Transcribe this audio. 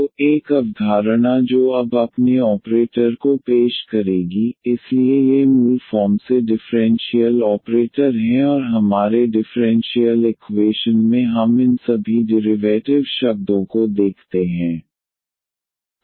तो एक अवधारणा जो अब अपने ऑपरेटर को पेश करेगी इसलिए ये मूल फॉर्म से डिफ़्रेंशियल ऑपरेटर हैं और हमारे डिफ़्रेंशियल इकवेशन में हम इन सभी डिरिवैटिव शब्दों को देखते हैं